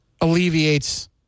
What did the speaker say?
alleviates